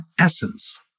essence